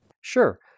Sure